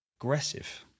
Aggressive